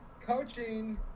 Coaching